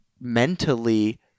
mentally